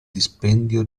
dispendio